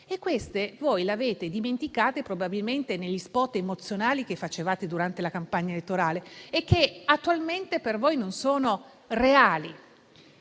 Queste voi le avete dimenticate probabilmente negli *spot* emozionali che facevate durante la campagna elettorale; attualmente per voi non sono reali.